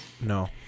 No